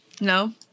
No